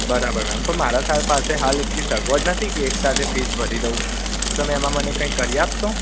બરાબર મેમ પણ મારા સા પાસે હાલ એટલી સગવડ નથી કે એક સાથે ફીસ ભરી દઉં તો તમે એમાં મને કઈ કરી આપશો